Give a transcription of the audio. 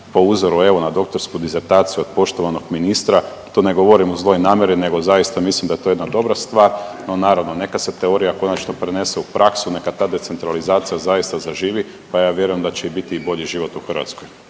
po uzoru evo na doktorsku dizertaciju od poštovanog ministra. To ne govorim u zloj namjeri, nego zaista mislim da je to jedna dobra stvar. No naravno neka se teorija konačno prenese u praksu, neka ta decentralizacija zaista zaživi, pa ja vjerujem da će biti i bolji život u Hrvatskoj.